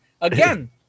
again